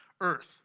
Earth